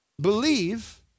believe